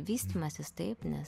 vystymasis taip nes